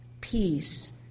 peace